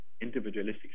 individualistic